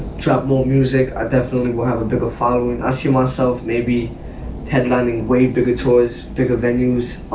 trap more music, i definitely will have a bigger following. i see myself maybe headlining way bigger toys, bigger venues.